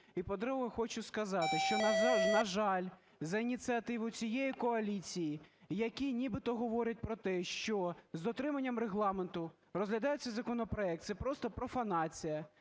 І, по-друге, хочу сказати, що, на жаль, за ініціативою цієї коаліції, яка нібито говорить про те, що з дотриманням Регламенту розглядається законопроект – це просто профанація.